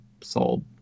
sold